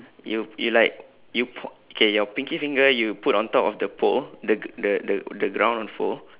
you you like you po~ okay your pinky finger you put on top of the pole the g~ the the the ground pole